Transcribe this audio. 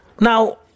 Now